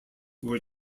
were